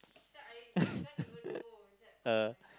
ah